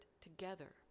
together